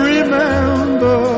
Remember